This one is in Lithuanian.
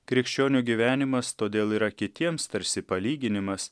krikščionio gyvenimas todėl yra kitiems tarsi palyginimas